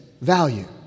value